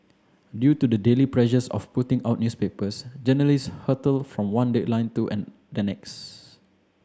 due to the daily pressures of putting out newspapers journalist hurtle from one deadline to an the next